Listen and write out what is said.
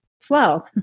flow